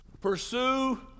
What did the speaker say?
pursue